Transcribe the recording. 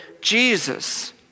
Jesus